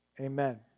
amen